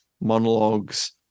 monologues